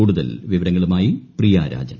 കൂടുതൽ വിവരങ്ങളുമായി പ്രിയ രാജൻ